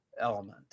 element